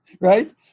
right